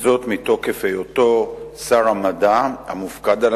וזאת מתוקף היותו שר המדע המופקד על